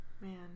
Man